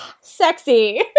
Sexy